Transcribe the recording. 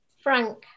Frank